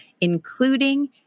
including